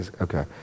okay